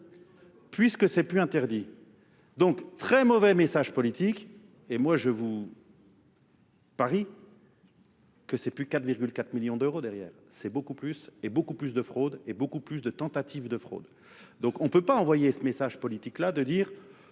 puisque ce n'est plus interdit. Donc très mauvais message politique et moi je vous parie. que c'est plus 4,4 millions d'euros derrière. C'est beaucoup plus et beaucoup plus de fraude et beaucoup plus de tentatives de fraude. Donc on ne peut pas envoyer ce message politique là de dire